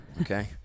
Okay